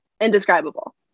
indescribable